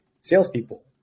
salespeople